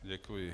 Děkuji.